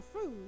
food